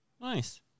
Nice